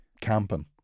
camping